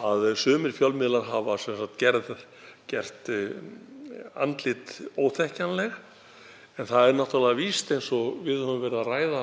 að sumir fjölmiðlar hafa gert andlit óþekkjanleg en það er náttúrlega víst, eins og við höfum verið að ræða